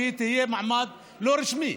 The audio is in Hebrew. כשהיא תהיה במעמד לא רשמי.